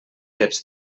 ets